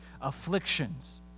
afflictions